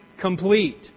complete